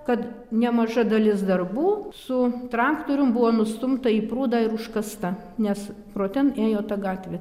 kad nemaža dalis darbų su traktorium buvo nustumta į prūdą ir užkasta nes pro ten ėjo ta gatvė